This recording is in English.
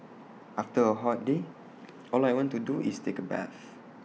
after A hot day all I want to do is take A bath